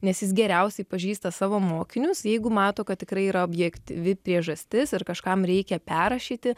nes jis geriausiai pažįsta savo mokinius jeigu mato kad tikrai yra objektyvi priežastis ir kažkam reikia perrašyti